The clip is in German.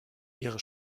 ihre